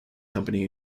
company